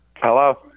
Hello